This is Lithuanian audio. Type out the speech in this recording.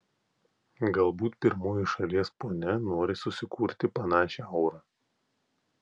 galbūt pirmoji šalies ponia nori susikurti panašią aurą